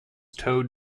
towed